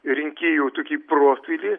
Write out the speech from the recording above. rinkėjų tokį profilį